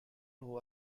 who